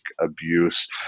abuse